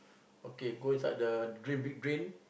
okay go inside the drain big drain